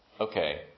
okay